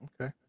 Okay